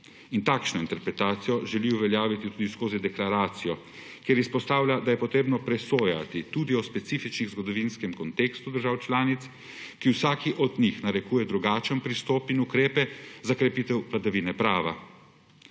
Takšno interpretacijo želi uveljaviti tudi skozi deklaracijo, kjer izpostavlja, da je potrebno presojati tudi o specifičnem zgodovinskem kontekstu držav članic, ki vsaki od njih narekuje drugačen pristop in ukrepe za krepitev vladavine prava.